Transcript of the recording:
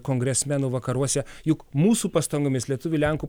kongresmenų vakaruose juk mūsų pastangomis lietuvių lenkų